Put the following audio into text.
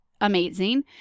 amazing